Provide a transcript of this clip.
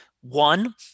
one